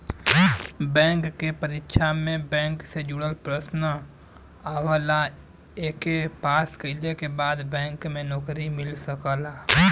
bank के परीक्षा में बैंक से जुड़ल प्रश्न आवला एके पास कइले के बाद बैंक में नौकरी मिल सकला